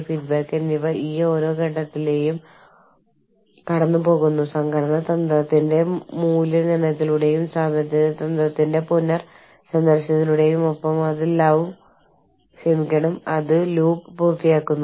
പ്രാദേശിക subsidiary joint venture മാനേജ്മെന്റുകൾ അവരെ നിയോഗിക്കുന്നു രാജ്യത്തിന്റെ ഭാഗമാക്കുവാൻ പ്രവാസികൾ ഉടമസ്ഥാവകാശം ഏറ്റെടുക്കാൻ ആഗ്രഹിക്കുന്നു